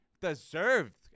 deserved